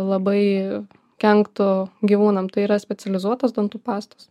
labai kenktų gyvūnam tai yra specializuotos dantų pastos